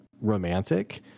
romantic